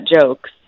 jokes